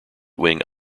wing